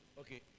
Okay